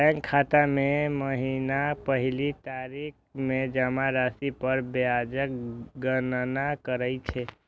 bank खाता मे महीनाक पहिल तारीख कें जमा राशि पर ब्याजक गणना करै छै